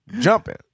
Jumping